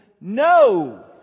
no